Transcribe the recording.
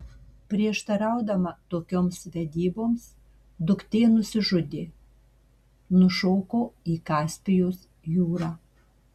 prieštaraudama tokioms vedyboms duktė nusižudė nušoko į kaspijos jūrą